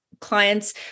clients